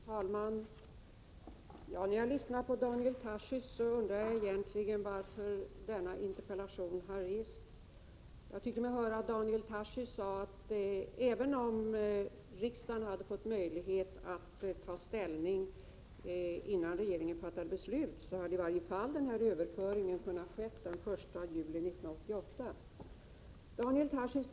Fru talman! När jag lyssnar på Daniel Tarschys undrar jag varför denna interpellation har väckts egentligen. Jag tyckte mig höra Daniel Tarschys säga att även om riksdagen hade fått möjlighet att ta ställning innan regeringen fattade sitt beslut hade denna överföring ändå kunnat ske den 1 juli 1988.